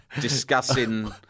discussing